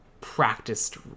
practiced